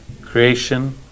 creation